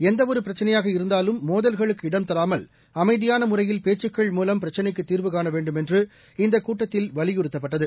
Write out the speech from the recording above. எந்தவொரு பிரச்சினையாக இருந்தாலும் மோதல்களுக்கு இடம் தராமல் அமைதியான முறையில் பேச்சுக்கள் மூலம் பிரச்சினைக்கு தீர்வு காண வேண்டும் என்று இந்தக் கூட்டத்தில் வலியுறுத்தப்பட்டதது